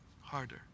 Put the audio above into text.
harder